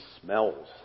smells